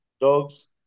dogs